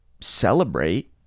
celebrate